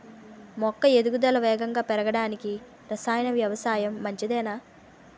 మొక్క ఎదుగుదలకు వేగంగా పెరగడానికి, రసాయన వ్యవసాయం మంచిదేనా?